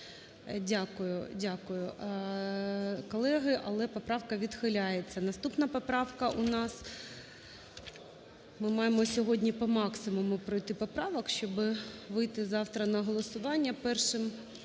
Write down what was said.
Дякую, дякую, колеги, але поправка відхиляється. Наступна поправка у нас. Ми маємо сьогодні по максимуму пройти поправки, щоб вийти завтра на голосування першим